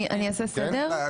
אני אעשה סדר?